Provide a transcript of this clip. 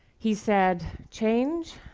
he said, change?